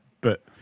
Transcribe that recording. but-